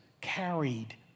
carried